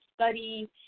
study